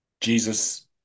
Jesus